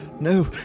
No